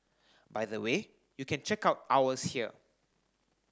by the way you can check out ours here